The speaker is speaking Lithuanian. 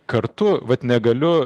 kartu vat negaliu